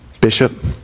Bishop